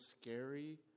scary